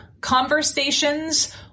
conversations